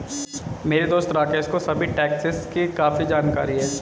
मेरे दोस्त राकेश को सभी टैक्सेस की काफी जानकारी है